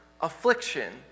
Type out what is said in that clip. affliction